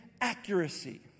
accuracy